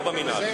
לא במינהל.